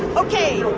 ok,